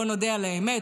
בואו נודה על האמת,